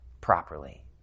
properly